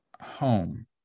home